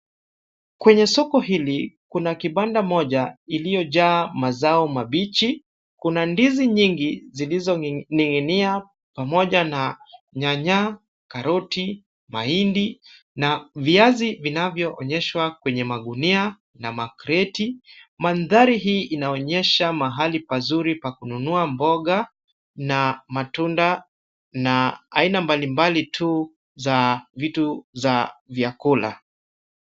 Kwenye soko hili kuna kibanda moja iliojaa mazao mabichi. Kuna ndizi nyingi zilizoning'inia pamoja na nyanya, karoti, mahindi na viazi vinavyoonyeshwa kwenye magunia na makreti. Mandhari hii inaonyesha mahali pazuri pa kununua mboga na matunda na aina mbalimbali tu za vitu za vyakula.